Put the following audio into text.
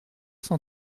cent